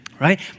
right